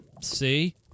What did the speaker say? See